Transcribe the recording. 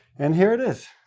and here it is.